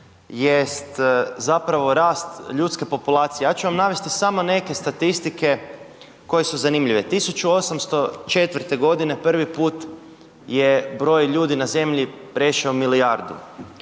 jest zapravo rast ljudske populacije, ja ću vam navesti samo neke statistike, koje su zanimljive, 1804. g. prvi put je broj ljudi na zemlji prešao milijardu.